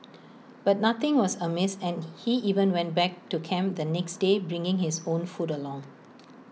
but nothing was amiss and he even went back to camp the next day bringing his own food along